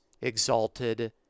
exalted